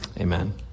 amen